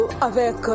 avec